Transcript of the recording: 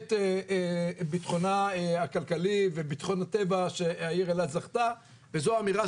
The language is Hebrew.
את בטחונה הכלכלי ובטחון הטבע שהעיר אילת זכתה וזו אמירה